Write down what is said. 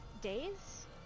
days